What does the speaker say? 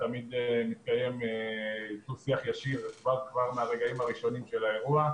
תמיד מתקיים דו-שיח ישיר כבר מהרגעים הראשונים של האירוע,